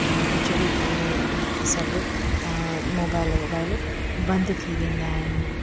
कुझु बि कोन्हे सभु मोबाइल वोबाइल बंदि थी वेंदा आहिनि